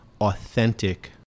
authentic